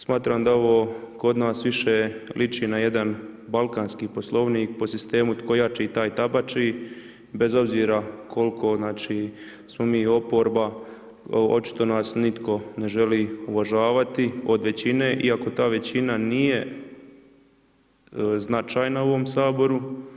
Smatram da ovo kod nas više liči na jedan balkanski poslovnik po sistemu „tko jači taj tabači“ bez obzira koliko smo mi oporba, očito nas nitko ne želi uvažavati od većine iako ta većina nije značajna u ovom Saboru.